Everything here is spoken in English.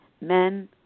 Men